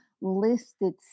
listed